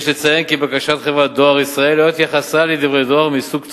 יש לציין כי בקשת חברת "דואר ישראל" לא התייחסה לדברי דואר מסוג צרורות,